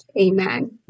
Amen